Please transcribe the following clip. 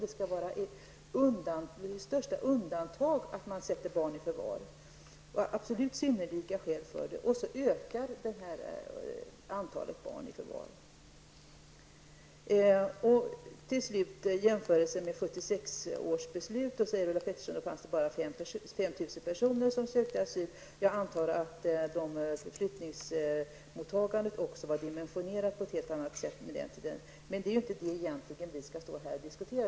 Barn skall tas i förvar endast i undantagsfall och det skall finnas absolut synnerliga skäl för det. Nu ökar antalet barn i förvar! Slutligen har vi jämförelser med 1976 års beslut. Ulla Pettersson sade att det var bara 5 000 personer per år som sökte asyl. Jag antar också att flyktingmottagandet var dimensionerat på ett helt annat sätt på den tiden. Men det är inte det som vi skall stå här och diskutera.